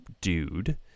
dude